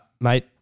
mate